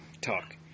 Talk